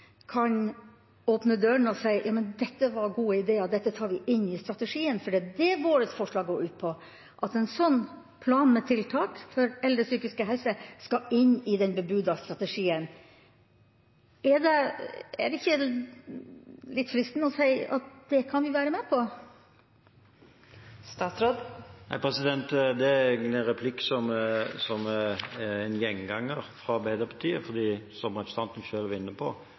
kan åpne dørene og si at dette var en god idé, dette tar vi inn i strategien – for det er det vårt forslag går ut på, at en plan med tiltak for eldres psykiske helse skal inn i den bebudede strategien. Er det ikke litt fristende å si at det kan man være med på? Dette er egentlig en replikk som er en gjenganger hos Arbeiderpartiet, for – som representanten selv var inne på